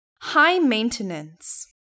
high-maintenance